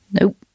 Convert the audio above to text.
nope